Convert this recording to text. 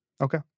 Okay